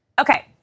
Okay